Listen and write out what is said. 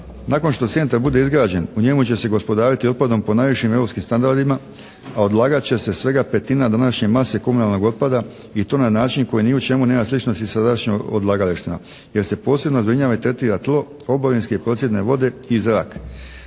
Nakon što centar bude izgrađen u njemu će se gospodariti otpadom po najvišim europskim standardima a odlagat će se svega petina današnje mase komunalnog otpada i to na način koji ni u čemu nema sličnosti sa različitim odlagalištima. Jer se posebno zbrinjava i tretira tlo, oborinske i … /Govornik